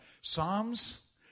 Psalms